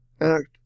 act